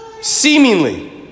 seemingly